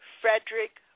Frederick